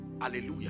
hallelujah